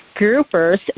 Groupers